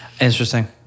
Interesting